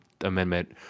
Amendment